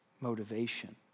motivation